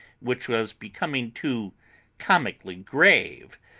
which was becoming too comically grave,